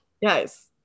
Yes